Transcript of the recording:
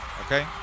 okay